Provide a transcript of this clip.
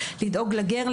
לדאוג לגר,